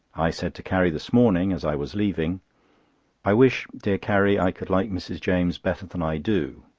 i said to carrie this morning, as i was leaving i wish, dear carrie, i could like mrs. james better than i do.